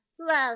love